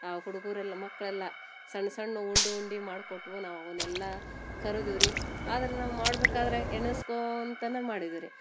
ಆ ಹುಡ್ಗರು ಎಲ್ಲ ಮಕ್ಳು ಎಲ್ಲ ಸಣ್ಣ ಸಣ್ಣ ಉಂಡೆ ಉಂಡೆ ಮಾಡಿಕೊಟ್ವು ನಾವು ಅವನ್ನೆಲ್ಲ ಕರ್ದೆವ್ ರೀ ಆದ್ರೆ ನಾವು ಮಾಡಬೇಕಾದ್ರೆ ಎಣುಸ್ಕೋತನ ಮಾಡಿದ್ದು ರೀ